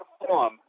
perform